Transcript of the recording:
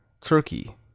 Turkey